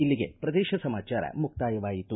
ಇಲ್ಲಿಗೆ ಪ್ರದೇಶ ಸಮಾಚಾರ ಮುಕ್ತಾಯವಾಯಿತು